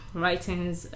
writings